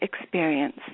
experience